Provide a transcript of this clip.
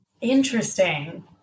Interesting